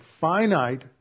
finite